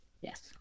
Yes